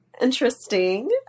interesting